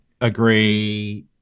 agree